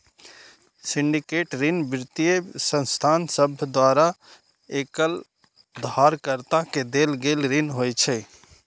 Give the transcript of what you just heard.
syndicate ऋण वित्तीय संस्थान सभ द्वारा एकल उधारकर्ता के देल गेल ऋण होइ छै